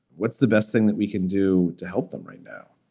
what's the best thing that we can do to help them right now?